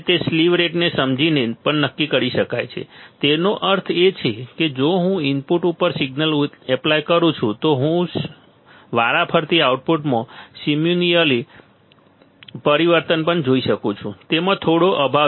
અને તે સ્લીવ રેટને સમજીને પણ નક્કી કરી શકાય છે તેનો અર્થ એ છે કે જો હું ઇનપુટ ઉપર આ સિગ્નલ એપ્લાય કરી શકું તો શું હું વારાફરતી આઉટપુટમાં સિમ્યુનીઅસલી પરિવર્તન પણ જોઈ શકું છું તેમાં થોડો અભાવ છે